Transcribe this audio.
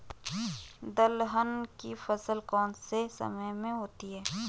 दलहन की फसल कौन से समय में होती है?